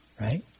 right